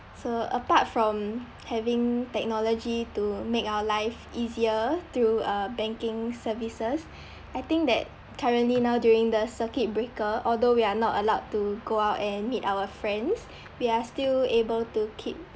so apart from having technology to make our life easier through uh banking services I think that currently now during the circuit breaker although we are not allowed to go out and meet our friends we are still able to keep